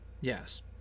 yes